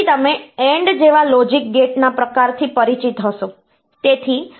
તેથી તમે AND જેવા લોજિક ગેટ ના પ્રકારથી પરિચિત હશો